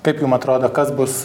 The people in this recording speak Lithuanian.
kaip jum atrodo kas bus